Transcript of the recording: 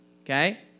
Okay